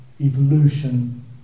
evolution